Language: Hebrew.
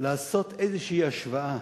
לעשות איזו השוואה.